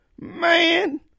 Man